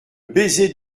baiser